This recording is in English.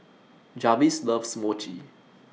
Jarvis loves Mochi